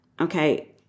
okay